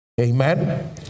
Amen